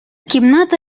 кімната